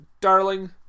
Darling